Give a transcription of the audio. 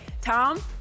Tom